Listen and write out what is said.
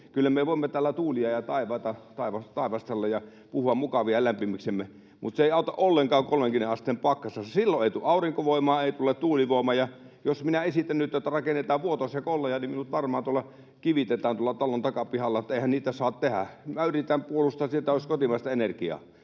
Kyllä me voimme täällä tuulia ja taivaita taivastella ja puhua mukavia lämpimiksemme, mutta se ei auta ollenkaan 30 asteen pakkasessa. Silloin ei tule aurinkovoimaa, ei tule tuulivoimaa. Ja jos minä esitän nyt, että rakennetaan Vuotos ja Kollaja, niin minut varmaan kivitetään tuolla talon takapihalla, että eihän niitä saa tehdä. Minä yritän puolustaa sitä, että olisi kotimaista energiaa.